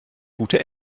gute